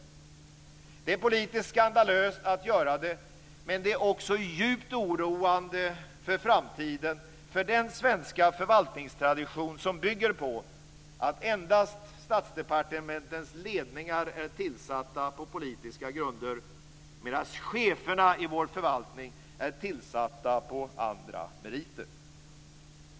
Det är politiskt skandalöst att göra det, men det är också djupt oroande inför framtiden med tanke på den svenska förvaltningstradition som bygger på att endast statsdepartementens ledningar är tillsatta på politiska grunder medan cheferna i vår förvaltning är tillsatta på andra meriter.